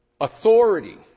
authority